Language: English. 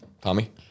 Tommy